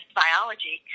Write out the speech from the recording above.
biology